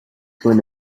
going